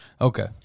Okay